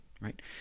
right